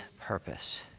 purpose